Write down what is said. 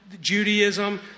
Judaism